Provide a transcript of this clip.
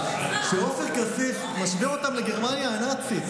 כשעופר כסיף משווה אותם לגרמניה הנאצית?